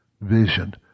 vision